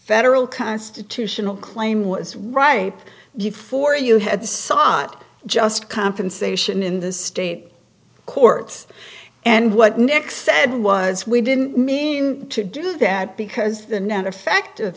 federal constitutional claim was right before you had sought just compensation in the state courts and what nec said was we didn't mean to do that because the net effect of